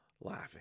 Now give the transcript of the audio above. laughing